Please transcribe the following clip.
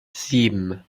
sieben